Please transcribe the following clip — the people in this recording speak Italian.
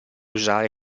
usare